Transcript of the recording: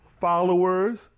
followers